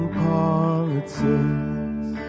politics